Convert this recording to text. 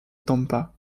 tampa